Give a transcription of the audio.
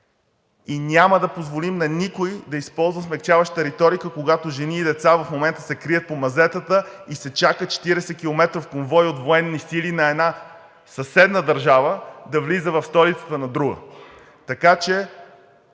И няма да позволим на никой да използва смекчаваща риторика, когато жени и деца в момента се крият по мазетата и се чака 40-километров конвой от военни сили на една съседна държава да влиза в столицата на друга.